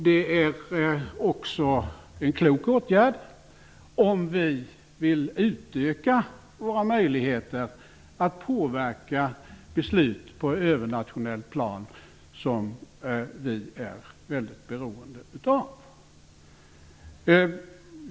Det är också en klok åtgärd, om vi vill utöka våra möjligheter att påverka beslut på övernationellt plan som vi är väldigt beroende av.